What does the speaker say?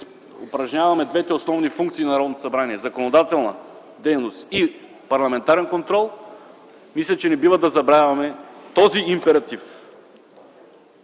упражняваме двете основни функции на Народното събрание – законодателната дейност и парламентарния контрол, мисля, че не бива да забравяме този императив,